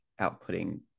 outputting